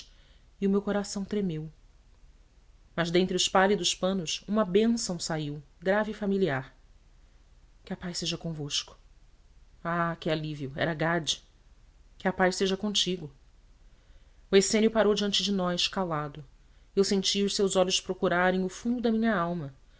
e o meu coração tremeu mas dentre os pálidos panos uma bênção saiu grave e familiar que a paz seja convosco ah que alívio era gade que a paz seja contigo o essênio parou diante de nós calado e eu sentia os seus olhos procurarem o fundo da minha alma